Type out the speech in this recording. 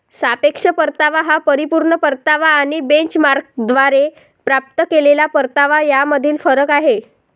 सापेक्ष परतावा हा परिपूर्ण परतावा आणि बेंचमार्कद्वारे प्राप्त केलेला परतावा यामधील फरक आहे